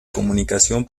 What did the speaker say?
comunicación